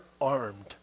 armed